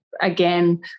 again